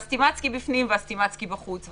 והסטימצקי בפנים והסטימצקי בחוץ,